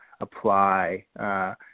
apply